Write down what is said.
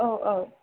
औ औ